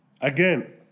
again